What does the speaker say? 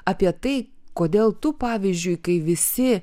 apie tai kodėl tu pavyzdžiui kai visi